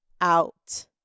out